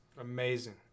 Amazing